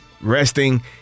Resting